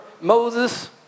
Moses